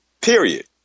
period